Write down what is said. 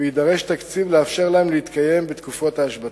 ויידרש תקציב לאפשר להם להתקיים בתקופות ההשבתה.